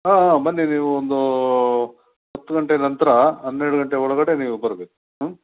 ಹಾಂ ಹಾಂ ಬನ್ನಿ ನೀವು ಒಂದು ಹತ್ತು ಗಂಟೆ ನಂತರ ಹನ್ನೆರಡು ಗಂಟೆ ಒಳಗಡೆ ನೀವು ಬರ್ಬೇಕು ಹ್ಞೂ